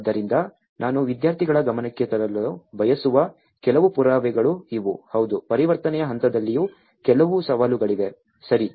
ಆದ್ದರಿಂದ ನಾನು ವಿದ್ಯಾರ್ಥಿಗಳ ಗಮನಕ್ಕೆ ತರಲು ಬಯಸುವ ಕೆಲವು ಪುರಾವೆಗಳು ಇವು ಹೌದು ಪರಿವರ್ತನೆಯ ಹಂತದಲ್ಲಿಯೂ ಕೆಲವು ಸವಾಲುಗಳಿವೆ ಸರಿ